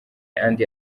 andi